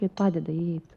tai padeda įeit